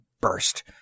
burst